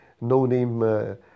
no-name